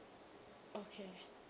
okay